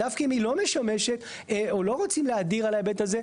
דווקא אם היא לא משמשת או לא רוצים להדיר על ההיבט הזה,